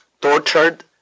tortured